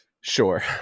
Sure